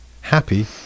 happy